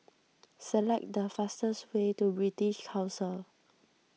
select the fastest way to British Council